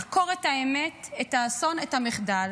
לחקור את האמת, את האסון, את המחדל.